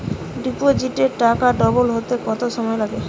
ডিপোজিটে টাকা ডবল হতে কত সময় লাগে?